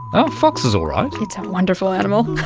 ah a fox is all right. it's a wonderful animal!